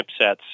chipsets